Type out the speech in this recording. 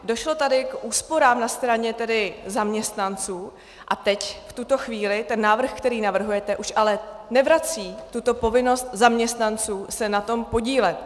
Došlo tady k úsporám na straně zaměstnanců, A teď, v tuto chvíli, návrh, který navrhujete, už ale nevrací tuto povinnost zaměstnancům se na tom podílet.